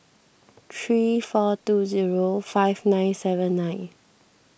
three four two zero five nine seven nine